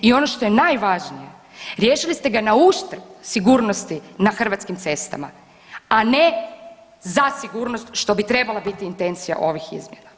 I ono što je najvažnije riješili ste ga na uštrb sigurnosti na hrvatskim cestama, a ne za sigurnost što bi trebala biti intencija ovih izmjena.